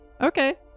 Okay